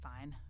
Fine